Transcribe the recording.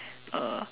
uh